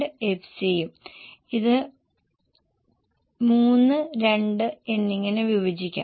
ഈ 596 ആകെ S D plus admin ആയിരുന്നു അതിനെ ഞങ്ങൾ നാല് ഭാഗങ്ങളായി വിഭജിച്ചു